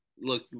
look